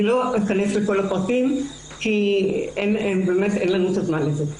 לא אכנס לכל הפרטים כי באמת אין לנו את הזמן לזה.